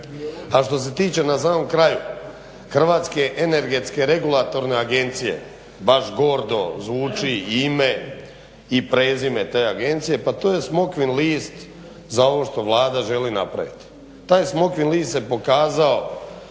A što se tiče na samom kraju Hrvatske energetske regulatorne agencije baš gordo zvuči ime i prezime te agencije, pa to je smokvin list za ovo što Vlada želi napraviti. Taj smokvin list se pokazao